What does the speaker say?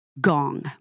Gong